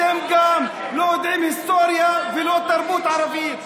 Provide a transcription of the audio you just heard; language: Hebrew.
אתם גם לא יודעים היסטוריה ולא תרבות ערבית,